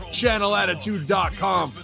channelattitude.com